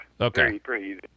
Okay